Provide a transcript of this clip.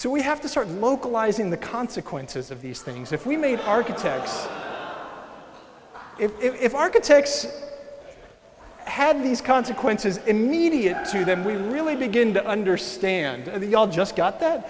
so we have to start localising the consequences of these things if we made architects if architects had these consequences immediate to them we really begin to understand the all just got that